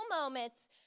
moments—